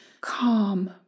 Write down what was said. calm